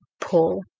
pull